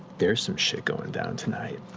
there's some shit going down tonight.